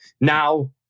now